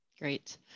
Great